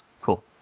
Cool